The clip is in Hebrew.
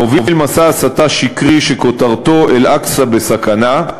מוביל מסע הסתה שקרי שכותרתו: אל-אקצא בסכנה,